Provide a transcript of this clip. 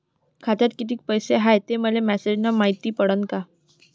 खात्यात किती पैसा हाय ते मेसेज न मायती पडन का?